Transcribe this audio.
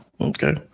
Okay